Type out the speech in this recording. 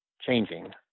changing